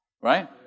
Right